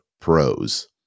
pros